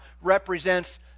represents